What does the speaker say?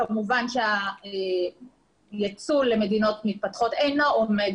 כמובן שהיצוא למדינות מתפתחות אינו עומד